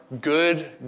good